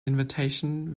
invitation